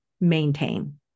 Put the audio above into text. maintain